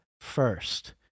first